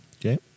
Okay